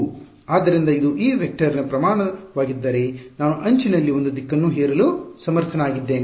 ಆದ್ದರಿಂದ ಇದು ಈ ವೆಕ್ಟರ್ನ ಪರಿಮಾಣವಾಗಿದ್ದರೆ ನಾನು ಅಂಚಿನಲ್ಲಿ ಒಂದು ದಿಕ್ಕನ್ನು ಹೇರಲು ಸಮರ್ಥನಾಗಿದ್ದೇನೆ